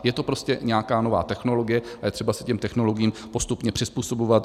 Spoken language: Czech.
Je to prostě nějaká nová technologie a je třeba se těm technologiím postupně přizpůsobovat.